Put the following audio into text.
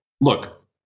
look